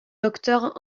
docteur